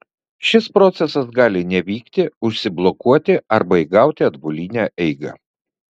šis procesas gali nevykti užsiblokuoti arba įgauti atbulinę eigą